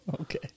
Okay